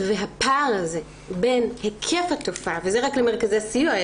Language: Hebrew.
והפער בין היקף התופעה וזה רק למרכזי הסיוע,